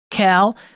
Cal